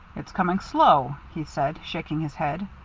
it's coming slow, he said, shaking his head.